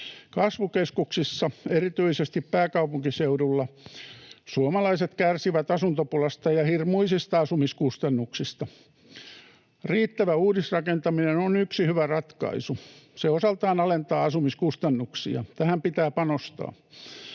Kasvukeskuksissa, erityisesti pääkaupunkiseudulla, suomalaiset kärsivät asuntopulasta ja hirmuisista asumiskustannuksista. Riittävä uudisrakentaminen on yksi hyvä ratkaisu. Se osaltaan alentaa asumiskustannuksia. Tähän pitää panostaa.